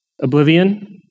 Oblivion